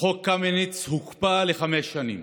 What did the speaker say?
שחוק קמיניץ הוקפא לחמש שנים.